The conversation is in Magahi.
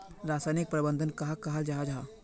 रासायनिक प्रबंधन कहाक कहाल जाहा जाहा?